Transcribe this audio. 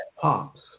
pops